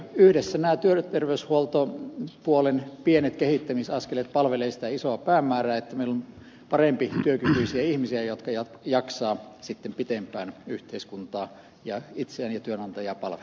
yhdessä nämä työterveyshuoltopuolen pienet kehittämisaskeleet palvelevat sitä isoa päämäärää että meillä on paremmin työkykyisiä ihmisiä jotka jaksavat sitten pitempään yhteiskuntaa itseään ja työnantajaa palvella